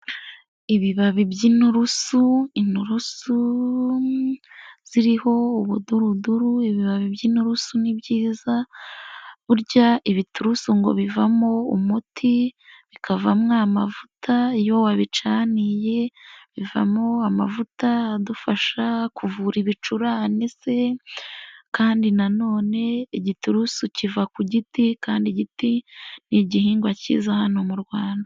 Ibibabi by'inturusu, inturusu ziriho ubuduruduru, ibibabi by'inturusu ni byiza, burya ibiturusu ngo bivamo umuti, bikavamo amavuta, iyo wabicaniye bivamo amavuta adufasha kuvura ibicurane se, kandi nanone igiturusu kiva ku giti kandi igiti ni igihingwa kiza hano mu Rwanda.